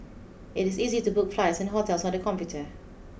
it is easy to book flights and hotels on the computer